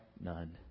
none